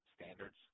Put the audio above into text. standards